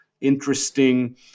interesting